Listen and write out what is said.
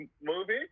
movie